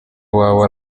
wawe